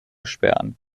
sperren